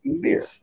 beer